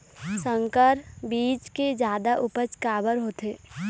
संकर बीज के जादा उपज काबर होथे?